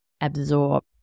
absorb